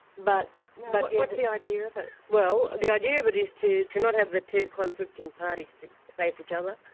but but what's the idea of it? well the idea of it is to not not have the two conflicting parties to face each other,